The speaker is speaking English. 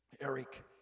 Eric